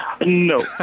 No